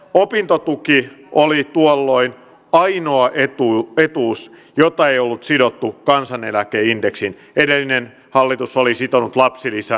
opintotuki oli tuolloin ainoa etuus jota ei ollut sidottu kansaneläkeindeksiin edellinen hallitus oli sitonut lapsilisän